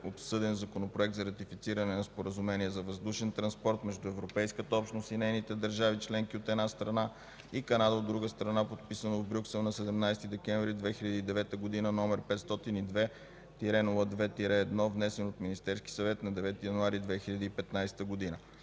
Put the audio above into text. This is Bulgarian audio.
обсъден законопроект за ратифициране на Споразумение за въздушен транспорт между Европейската общност и нейните държави членки, от една страна, и Канада, от друга страна, подписано в Брюксел на 17 декември 2009 г., № 502-02-1, внесен от Министерския съвет на 9 януари 2015 г.